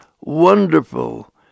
Wonderful